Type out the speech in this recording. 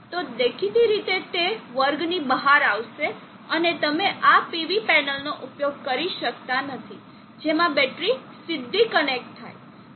તો દેખીતી રીતે તે વર્ગ ની બહાર આવશે અને તમે આ PV પેનલનો ઉપયોગ કરી શકતા નથી જેમાં બેટરી સીધી કનેક્ટ થાય